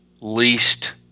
least –